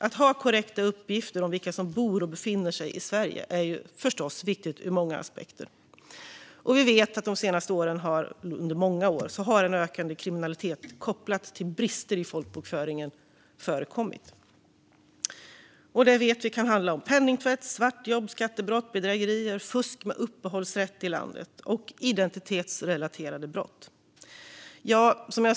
Att ha korrekta uppgifter om vilka som bor och befinner sig i Sverige är förstås viktigt ur många aspekter. Och vi vet att det de senaste åren, under många år, har förekommit en ökande kriminalitet kopplad till brister i folkbokföringen. Vi vet att det kan handla om penningtvätt, svartjobb, skattebrott, bedrägerier, fusk med uppehållsrätt i landet och identitetsrelaterade brott.